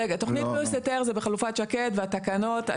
תוכנית פלוס היתר זה בחלופת שקד והתקנות.